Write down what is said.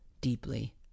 deeply